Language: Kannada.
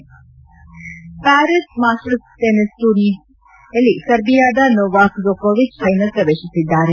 head Paris masters tennis tennis ಟೂರ್ನಿಯಲ್ಲಿ ಸರ್ಬಿಯಾದ ನೋವಾಕ್ ಜೊಕೊವಿಚ್ ಫ್ಲೆನಲ್ ಪ್ರವೇಶಿಸಿದ್ದಾರೆ